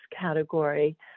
category